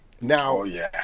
Now